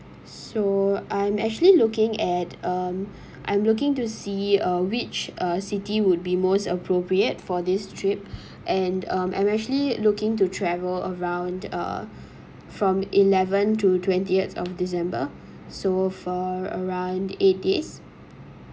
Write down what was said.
so I'm actually looking at um I'm looking to see uh which uh city would be most appropriate for this trip and um I'm actually looking to travel around uh from eleventh to twentieth of december so for around eight days